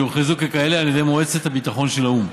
שהוכרזו ככאלה על ידי מועצת הביטחון של האו"ם.